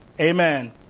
Amen